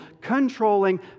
controlling